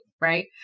right